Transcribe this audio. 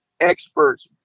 experts